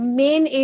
main